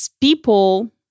people